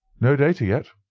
no data yet,